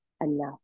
enough